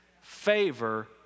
favor